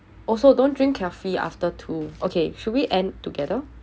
also don't drink coffee after two okay should we end together